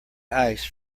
ice